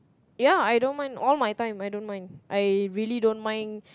ya I don't mind all my time I don't mind I really don't mind